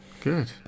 Good